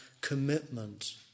commitment